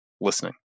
listening